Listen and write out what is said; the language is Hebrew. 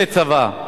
יוצאי צבא".